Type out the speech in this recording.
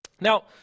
Now